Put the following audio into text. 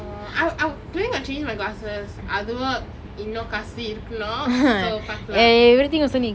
oh I'm I'm planning on changing my glasses அதுவும் இன்னும் காசு இருக்கனும்:athuvom innum kaasu irukkanum so பார்க்கலாம்: paarkalam